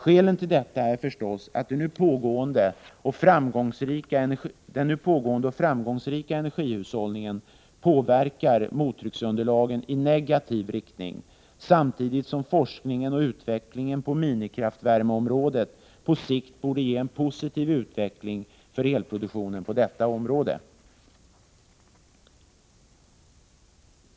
Skälet till detta är förstås att den nu pågående och framgångsrika energihushållningen påverkar mottrycksunderlagen i negativ riktning, samtidigt som forskningen och utvecklingen på minikraftvärmeområdet på sikt borde ge en positiv utveckling för elproduktionen på detta område.